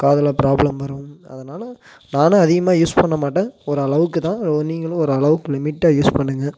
காதில் ப்ராப்ளம் வரும் அதுனால நானும் அதிகமாக யூஸ் பண்ண மாட்டேன் ஓரளவுக்குத்தான் நீங்களும் ஓரளவுக்கு லிமிட்டாக யூஸ் பண்ணுங்கள்